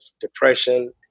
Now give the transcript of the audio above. depression